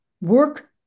work